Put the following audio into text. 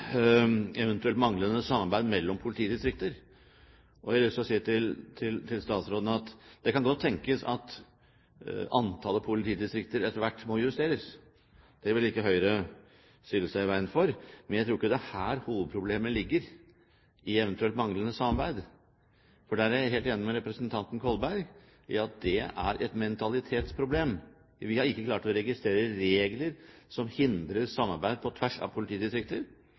eventuelt manglende samarbeid mellom politidistrikter. Jeg har lyst til å si til statsråden at det kan godt tenkes at antallet politidistrikter etter hvert må justeres. Det vil ikke Høyre stille seg i veien for, men jeg tror ikke det er her hovedproblemet ligger når det eventuelt gjelder manglende samarbeid. For jeg er helt enig med representanten Kolberg i at det er et mentalitetsproblem. Vi har ikke klart å registrere regler som hindrer samarbeid på tvers av politidistrikter.